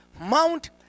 Mount